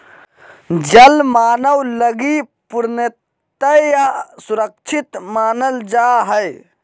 जल मानव लगी पूर्णतया सुरक्षित मानल जा हइ